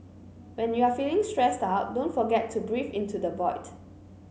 when you are feeling stressed out don't forget to breathe into the void